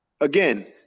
again